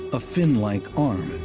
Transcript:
a fin-like arm.